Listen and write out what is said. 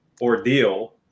ordeal